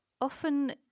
Often